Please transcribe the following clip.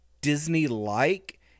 Disney-like